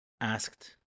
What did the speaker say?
asked